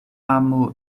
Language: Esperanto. amo